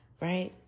right